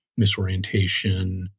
misorientation